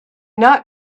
not